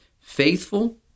faithful